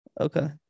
Okay